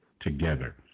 together